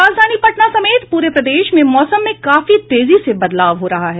राजधानी पटना समेत पूरे प्रदेश में मौसम में काफी तेजी से बदलाव हो रहा है